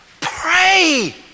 pray